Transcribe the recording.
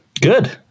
Good